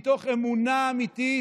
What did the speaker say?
מתוך אמונה אמיתית